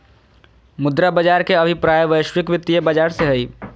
मुद्रा बाज़ार के अभिप्राय वैश्विक वित्तीय बाज़ार से हइ